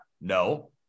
No